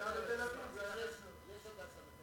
זה חלק, באנו לדבר על "הדסה", אתה צודק.